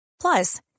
Plus